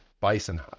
bison